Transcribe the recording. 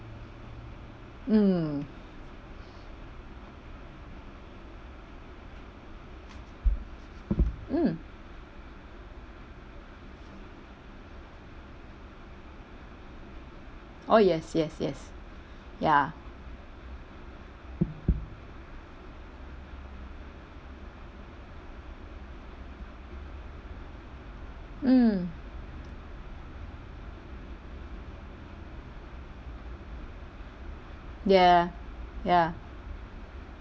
mm mm oh yes yes yes ya mm ya ya